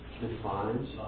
defines